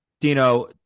Dino